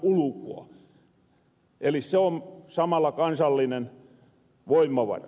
eli se on samalla kansallinen voimavara